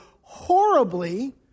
horribly